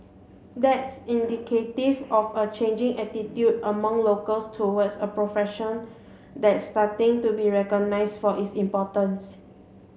that's indicative of a changing attitude among locals towards a profession that's starting to be recognised for its importance